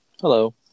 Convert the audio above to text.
Hello